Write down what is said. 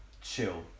chill